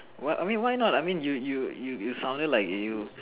butt I mean why not I mean you you you you sounded like you